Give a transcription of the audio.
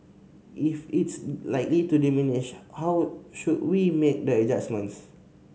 if it's likely to diminish how should we make the adjustments